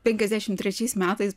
penkiasdešimt trečiais metais